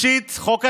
שלישית, חוק האזרחות,